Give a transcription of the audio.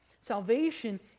Salvation